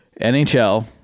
NHL